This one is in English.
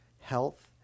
health